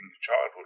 childhood